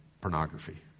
pornography